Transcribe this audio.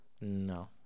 No